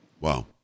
Wow